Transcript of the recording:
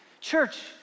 Church